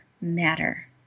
matter